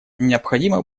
необходимо